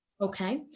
okay